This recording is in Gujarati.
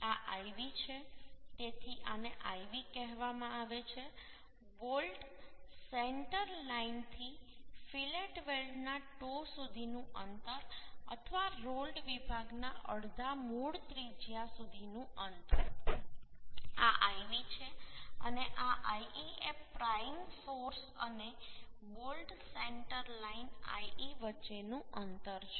આ lv છે તેથી આને lv કહેવામાં આવે છે બોલ્ટ સેન્ટર લાઇનથી ફીલેટ વેલ્ડના ટો સુધીનું અંતર અથવા રોલ્ડ વિભાગના અડધા મૂળ ત્રિજ્યા સુધીનું અંતર આ lv છે અને le એ પ્રાયિંગ ફોર્સ અને બોલ્ટ સેન્ટર લાઇન le વચ્ચેનું અંતર છે